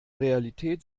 realität